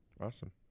Awesome